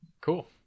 Cool